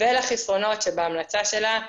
ולחסרונות שבהמלצה שלה.